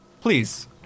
Please